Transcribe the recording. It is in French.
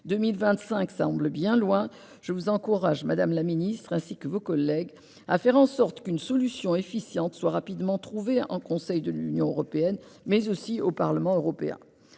2025 semble bien loin. Je vous encourage, madame la secrétaire d'État, ainsi que vos collègues, à faire en sorte qu'une solution efficace soit rapidement trouvée en Conseil de l'Union européenne, mais aussi au Parlement européen.